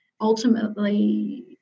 ultimately